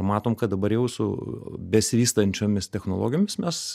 matom kad dabar jau su besivystančiomis technologijomis mes